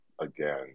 again